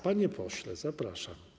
Panie pośle, zapraszam.